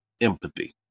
Empathy